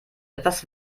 etwas